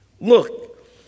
Look